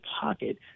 pocket